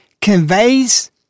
conveys